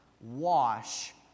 wash